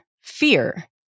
fear